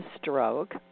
stroke